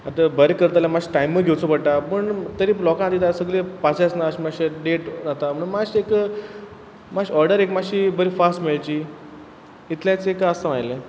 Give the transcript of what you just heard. आतां बरें करता जाल्यार मातशें टायमूय घेवचो पडटा पूण तरी लोकां कितें आसा पाशेंस ना अशे मातशें लेट जाता मातशे एक मातशे ऑर्डर एक मातशी बरी फास्ट मेळची इतलेंच एक आसा म्हागेलें